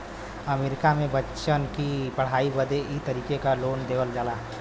अमरीका मे बच्चन की पढ़ाई बदे ई तरीके क लोन देवल जाला